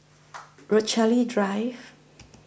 Rochalie Drive